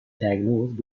diagnosed